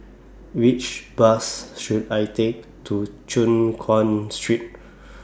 Which Bus should I Take to Choon Guan Street